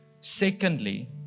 Secondly